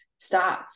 stats